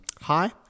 Hi